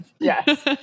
Yes